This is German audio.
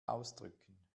ausdrücken